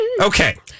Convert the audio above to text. Okay